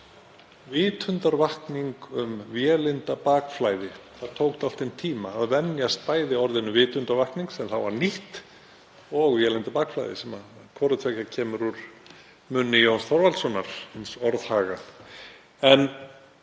vitundarvakning um vélindabakflæði. Það tók dálítinn tíma að venjast bæði orðinu vitundarvakning, sem þá var nýtt, og orðinu vélindabakflæði, en hvort tveggja kemur úr munni Jóns Þorvaldssonar hins orðhaga.